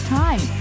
time